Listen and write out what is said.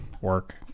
work